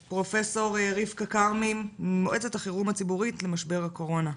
לפרופ' רבקה כרמי ממועצת החירום הציבורית למשבר הקורונה.